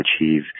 achieve